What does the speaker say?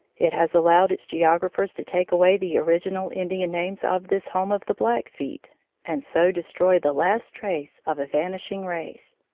it has allowed its geographers to take away the original indian names of this home of the blackfeet and so destroy the last trace of a vanishing race.